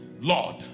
Lord